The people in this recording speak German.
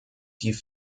die